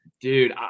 Dude